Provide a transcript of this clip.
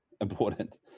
important